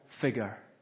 figure